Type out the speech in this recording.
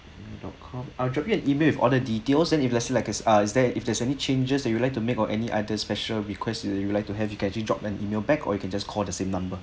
dot com I'll drop you an email with all the details then if let's say like is err is there if there's any changes that you would like to make or any other special request that you would like to have you can actually drop an email back or you can just call the same number